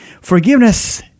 forgiveness